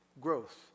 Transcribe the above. growth